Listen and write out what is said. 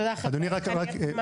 תודה, פרופ' חגי לוין.